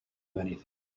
anything